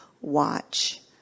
watch